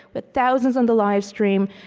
but thousands on the livestream.